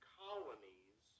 colonies